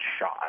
shot